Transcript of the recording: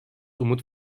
umut